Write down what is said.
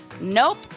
Nope